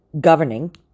governing